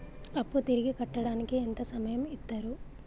అప్పు తిరిగి కట్టడానికి ఎంత సమయం ఇత్తరు?